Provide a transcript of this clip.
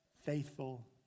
faithful